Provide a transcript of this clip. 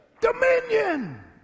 Dominion